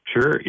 Sure